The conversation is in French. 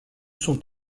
sont